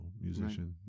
musician